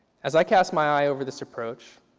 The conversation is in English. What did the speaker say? as i cast my eye over this approach,